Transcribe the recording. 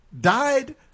Died